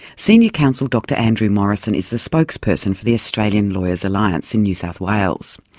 senior counsel dr andrew morrison is the spokesperson for the australian lawyers alliance in new south wales.